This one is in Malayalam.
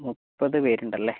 മുപ്പത് പേരുണ്ടല്ലേ